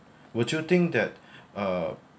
would you think that uh